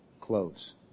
close